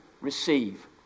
receive